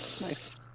Nice